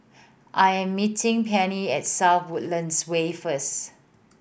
I am meeting Penni at South Woodlands Way first